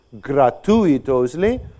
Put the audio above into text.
gratuitously